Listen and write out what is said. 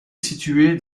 situé